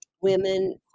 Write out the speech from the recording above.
women